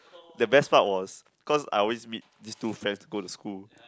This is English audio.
the best part was cause I always meet these two friends go to school